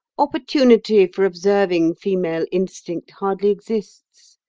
opportunity for observing female instinct hardly exists.